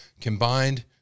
combined